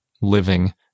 living